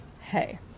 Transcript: Hey